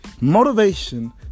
motivation